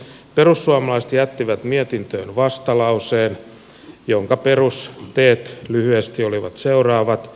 perussuomalaiset jättivät mietintöön vastalauseen jonka perusteet lyhyesti olivat seuraavat